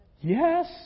Yes